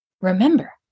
remember